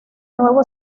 nuevo